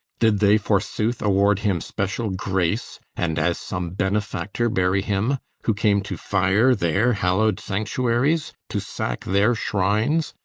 did they forsooth award him special grace, and as some benefactor bury him, who came to fire their hallowed sanctuaries, to sack their shrines,